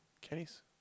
Kenny's